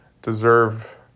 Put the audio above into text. deserve